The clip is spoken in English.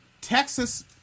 Texas